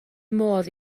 modd